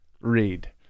read